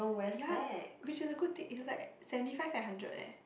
ya which is a good thing it is like seventy five and hundred leh